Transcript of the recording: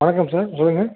வணக்கம் சார் சொல்லுங்கள்